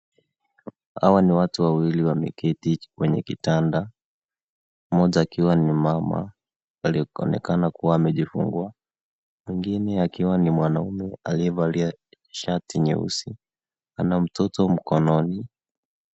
Hawa ni watu wawili wameketi kwenye kitanda, mmoja akiwa ni mama akionekana kuwa amejifungua. Mwingine ni mwanaume aliye valia Shati nyeusi, ana mtoto mkononi.